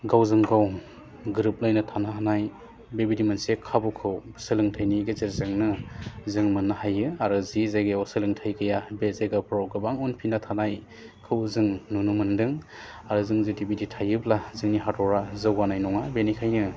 गावजों गाव गोरोबलायना थानो हानाय बेबायदि मोनसे खाबुखौ सोलोंथाइनि गेजेरजोंनो जों मोनो हायो आरो जि जायगायाव सोलोंथाइ गैया बे जायगाफ्राव गोबां उनफिनना थानायखौ जों नुनो मोनदों आरो जों जुदि बिदि थायोब्ला जोंनि हादरा जौगानाय नङा बेनिखायनो